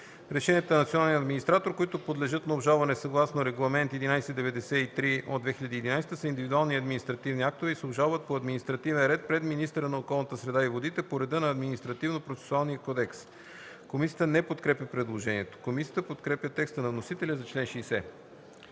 Решенията на националния администратор, които подлежат на обжалване съгласно Регламент (ЕС) № 1193/2011, са индивидуални административни актове и се обжалват по административен ред пред министъра на околната среда и водите по реда на Административнопроцесуалния кодекс.” Комисията не подкрепя предложението. Комисията подкрепя текста на вносителя за чл. 60.